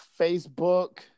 Facebook